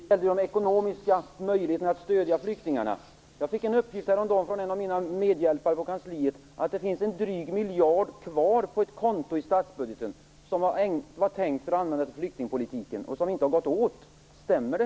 Fru talman! Det gäller de ekonomiska möjligheterna att stödja flyktingarna. Jag fick en uppgift häromdagen från en av mina medhjälpare på kansliet om att det finns en dryg miljard kvar på ett konto i statsbudgeten, som var tänkt att användas till flyktingpolitiken, och som inte har gått åt. Stämmer det?